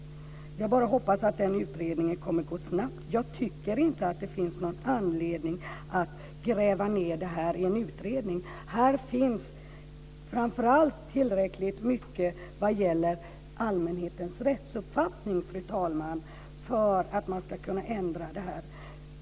Jag bara hoppas att den utredningen kommer att gå snabbt. Jag tycker inte att det finns någon anledning att gräva ned det här i en utredning. Här finns framför allt tillräckligt mycket vad gäller allmänhetens rättsuppfattning, fru talman, för att man ska kunna ändra det här.